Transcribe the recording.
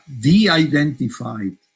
de-identified